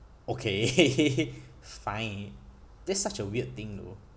okay fine that's such a weird thing though